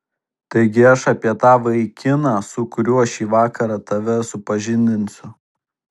taigi aš apie tą vaikiną su kuriuo šį vakarą tave supažindinsiu